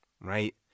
Right